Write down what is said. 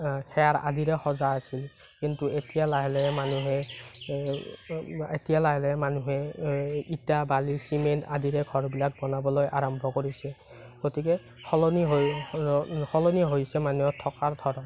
খেৰ আদিৰে সজা আছিল কিন্তু এতিয়া লাহে লাহে মানুহে এতিয়া লাহে লাহে মানুহে ইটা বালি চিমেণ্ট আদিৰে ঘৰবিলাক বনাবলৈ আৰম্ভ কৰিছে গতিকে সলনি হয় সলনি হৈছে মানুহৰ থকাৰ ধৰণ